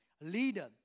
leader